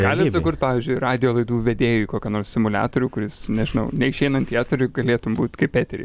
galit sukurt pavyzdžiui radijo laidų vedėjui kokį nors simuliatorių kuris nežinau neišeinant į eterį galėtum būt kaip etery